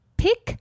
pick